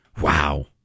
Wow